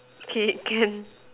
okay can